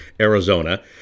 Arizona